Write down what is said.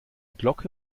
glocke